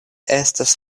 estas